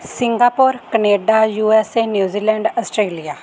Singapore Canada USA New Zealand Australia